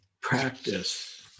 practice